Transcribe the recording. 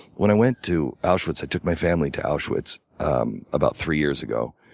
when i went to auschwitz i took my family to auschwitz um about three years ago